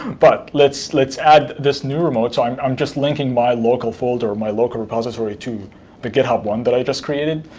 but let's let's add this new remote. so i'm um just linking my local folder or my local repository to the but github one that i just created.